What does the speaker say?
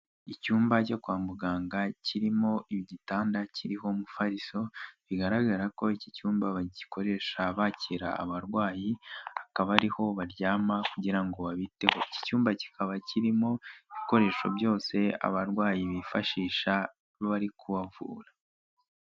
Icyumba cyo kwa muganga kirimo igitanda kiriho umufariso bigaragara ko iki cyumba bagikoresha bakira abarwayi, akaba ariho baryama kugira ngo babiteho, iki cyumba kikaba kirimo ibikoresho byose abarwayi bifashisha bari kubavura.